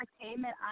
Entertainment